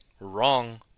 wrong